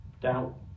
doubt